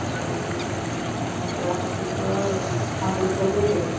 আৰু আপোনাৰ বোৱা কাপোৰযোৰৰ সৌন্দৰ্যটোৱে বেলেগ